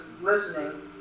listening